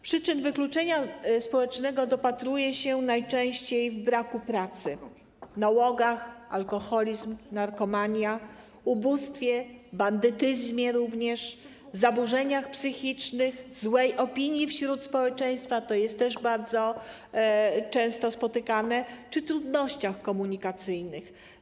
Przyczyn wykluczenia społecznego dopatruje się najczęściej w braku pracy, nałogach: alkoholizm, narkomania, ubóstwie, również bandytyzmie, zaburzeniach psychicznych, złej opinii wśród społeczeństwa - to też jest bardzo często spotykane - czy trudnościach komunikacyjnych.